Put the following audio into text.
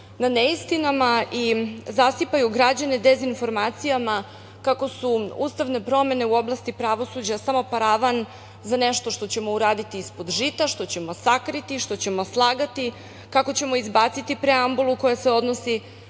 na neistinama i zasipaju građane dezinformacijama kako su ustavne promene u oblasti pravosuđa samo paravan za nešto što ćemo uraditi ispod žita, što ćemo sakriti, što ćemo slagati, kako ćemo izbaciti preambulu koja se odnosi